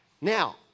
Now